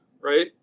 right